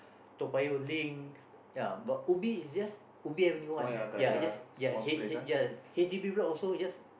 Toa-Payoh link ya but Ubi is just Ubi-Avenue-One ya is just ya H H yeah H_D_B block also is just